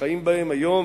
שחיים בהן היום,